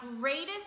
greatest